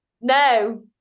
No